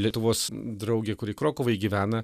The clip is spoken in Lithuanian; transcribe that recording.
lietuvos draugė kuri krokuvoj gyvena